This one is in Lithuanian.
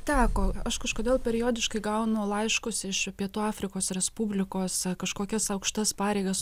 teko aš kažkodėl periodiškai gaunu laiškus iš pietų afrikos respublikos kažkokias aukštas pareigas